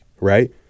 Right